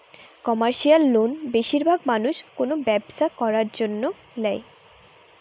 commercial loan বেশিরভাগ মানুষ কোনো ব্যবসা করার জন্য ল্যায়